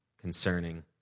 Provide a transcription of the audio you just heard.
concerning